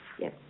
Yes